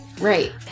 Right